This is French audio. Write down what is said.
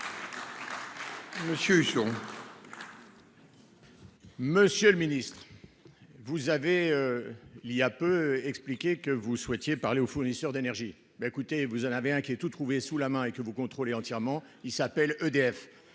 Monsieur le Ministre. Vous avez. Il y a peu expliqué que vous souhaitiez parler aux fournisseurs d'énergie. Bah, écoutez, vous en avez un qui est tout trouvé sous la main et que vous contrôler entièrement, il s'appelle EDF.